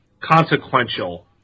consequential